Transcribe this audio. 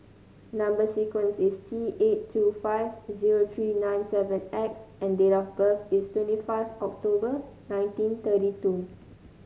number sequence is T eight two five zero three nine seven X and date of birth is twenty five October nineteen thirty two